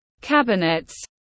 cabinets